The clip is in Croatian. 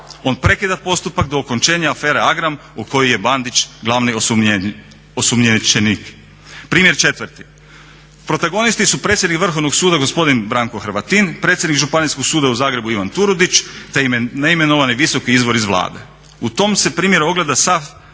On prekida postupak do okončenja afere Agram u kojoj je Bandić glavni osumnjičenik. Primjer četvrti. Protagonisti su predsjednik Vrhovnog suda gospodin Branko Hrvatin, predsjednik Županijskog suda u Zagrebu Ivan Turudić, te neimenovani visoki izvor iz Vlade. U tom se primjeru ogleda sav